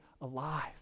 alive